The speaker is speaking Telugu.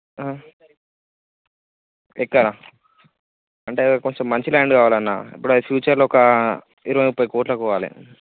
ఎక్కడ అంటే కొంచెం మంచి ల్యాండ్ కావాలన్న ఇప్పుడు ఫ్యూచర్లో ఒక ఇరవై ముప్పై కోట్లకు పోవాలి